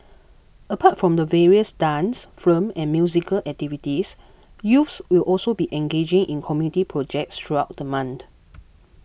apart from the various dance film and musical activities youths will also be engaging in community projects throughout the month